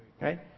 Right